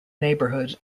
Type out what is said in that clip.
neighborhood